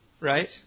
right